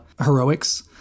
heroics